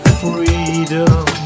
freedom